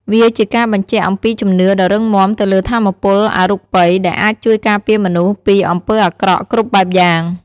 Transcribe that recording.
វាជាការបញ្ជាក់អំពីជំនឿដ៏រឹងមាំទៅលើថាមពលអរូបីដែលអាចជួយការពារមនុស្សពីអំពើអាក្រក់គ្រប់បែបយ៉ាង។